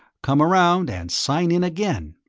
come around and sign in again.